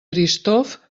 eristoff